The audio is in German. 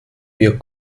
wir